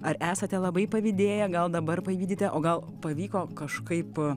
ar esate labai pavydėję gal dabar pavydite o gal pavyko kažkaip